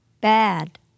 bad